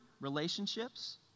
relationships